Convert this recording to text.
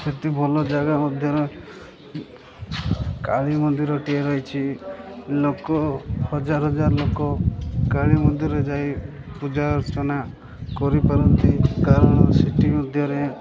ସେଇଠି ଭଲ ଜାଗା ମଧ୍ୟରେ କାଳୀ ମନ୍ଦିରଟିଏ ରହିଛି ଲୋକ ହଜାର ହଜାର ଲୋକ କାଳୀ ମନ୍ଦିରରେ ଯାଇ ପୂଜା ଅର୍ଚ୍ଚନା କରିପାରନ୍ତି କାରଣ ସେଇଟି ମଧ୍ୟରେ